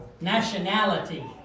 nationality